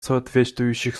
соответствующих